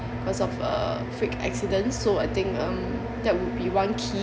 because of uh freak accidents so I think um that would be one key